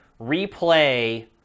replay